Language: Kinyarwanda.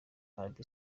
arabie